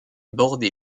bordé